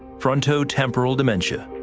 frontotemporal dementia.